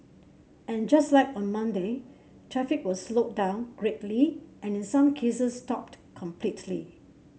and just like on Monday traffic was slowed down greatly and in some cases stopped completely